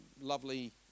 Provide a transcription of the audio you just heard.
lovely